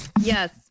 Yes